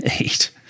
eat